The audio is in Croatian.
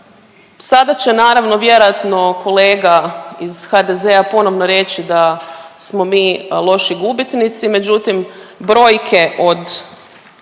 Sada će naravno vjerojatno kolega iz HDZ-a ponovno reći da smo mi loši gubitnici, međutim brojke od